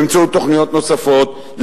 באמצעות תוכניות נוספות,